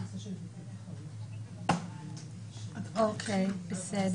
אותם בחוזה מלכתחילה או בלתת אישור כשהסיכום